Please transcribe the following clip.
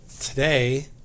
today